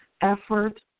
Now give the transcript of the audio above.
Effort